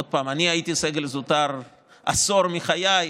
עוד פעם, אני הייתי סגל זוטר עשור מחיי,